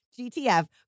GTF